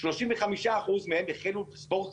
35% מהן החלו ספורט